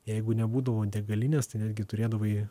jeigu nebūdavo degalinės tai netgi turėdavai